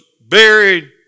buried